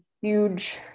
huge